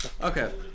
Okay